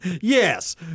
Yes